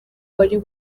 wari